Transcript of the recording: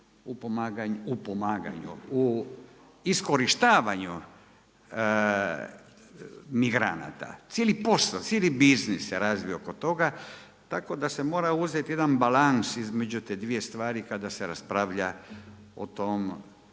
u pomaganju, u iskorištavanju migranata. Cijeli posao, cijeli biznis se razvio oko toga, tako da se mora uzeti jedan balans između te dvije stvari kada se raspravlja o tom